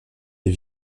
des